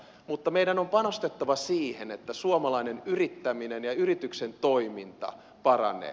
mutta meidän on panostettava siihen että suomalainen yrittäminen ja yrityksen toiminta paranee